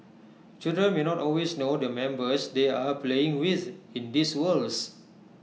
children may not always know the members they are playing with in these worlds